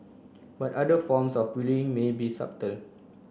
but other forms of bullying may be